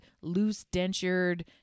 loose-dentured